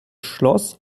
schloss